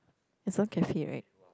it's some cafe right